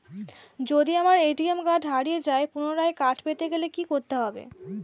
যদি আমার ATM card হারিয়ে যায় পুনরায় কার্ড পেতে গেলে কি করতে হবে?